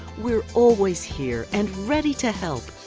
we're always here and ready to help!